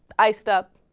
i step